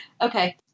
Okay